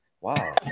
wow